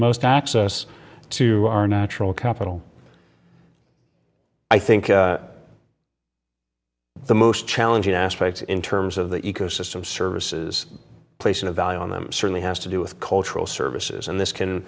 most access to our natural capital i think the most challenging aspects in terms of the ecosystem services placing a value on them certainly has to do with cultural services and this can